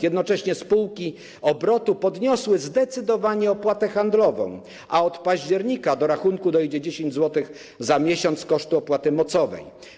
Jednocześnie spółki obrotu podniosły zdecydowanie opłatę handlową, a od października do rachunku dojdzie 10 zł za miesiąc, jeśli chodzi o koszt opłaty mocowej.